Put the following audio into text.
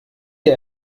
ihr